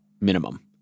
minimum